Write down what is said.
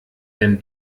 denn